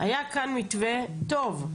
היה כאן מתווה טוב.